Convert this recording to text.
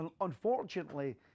unfortunately